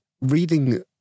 reading